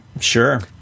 sure